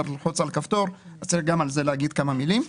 אפשר יהיה ללחוץ על כפתור וגם על זה צריך לומר כמה מלים.